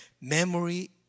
memory